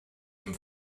dem